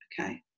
okay